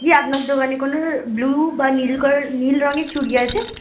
দিদি আপনার দোকানে কোনো ব্লু বা নীল কলর নীল রঙের চুড়ি আছে